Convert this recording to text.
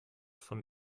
von